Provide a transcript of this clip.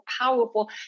powerful